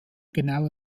genau